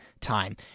Time